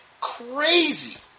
crazy